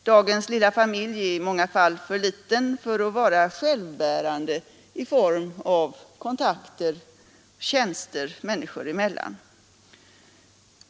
Dagens lilla familj är i många fall för liten för att kunna vara självbärande i form av kontakter och tjänster människor emellan.